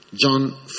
John